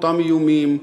אותם איומים,